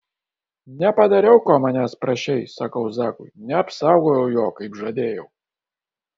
nepadariau ko manęs prašei sakau zakui neapsaugojau jo kaip žadėjau